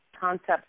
concepts